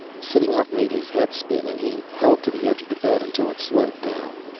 sitting up made his head spin and he held to the edge of the bed until it slowed down.